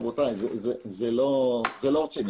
רבותיי, זה לא רציני.